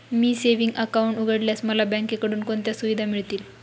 मी savings account उघडल्यास मला बँकेकडून कोणत्या सुविधा मिळतील?